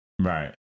Right